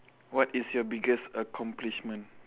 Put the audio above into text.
what is your biggest accomplishment